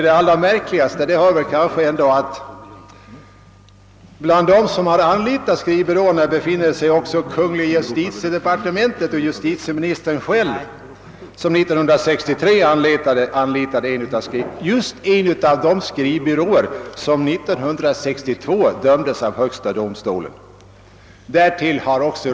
Det allra märkligaste är att kungl. justitiedepartementet, d. v. s. i detta fall justitieministern själv 1963 anlitade en av skrivbyråerna — just en av de skrivbyråer vilkas innehavare 1962 dömdes av högsta domstolen.